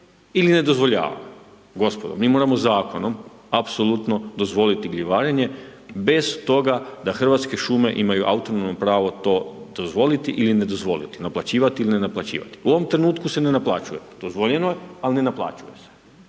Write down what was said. ili ne dozvoljavamo. Gospodo, mi moramo zakonom apsolutno dozvoliti gljivarenje bez toga da Hrvatske šume imaju autonomno pravo to dozvoliti ili ne dozvoliti, naplaćivati ili ne naplaćivati. U ovom trenutku se ne naplaćuje. Dozvoljeno je, ali ne naplaćuje se.